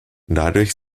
dadurch